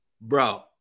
bro